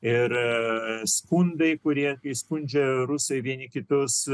ir skundai kurie įskundžia rusai vieni kitus